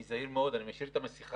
אני זהיר מאוד, אני משאיר את המסכה.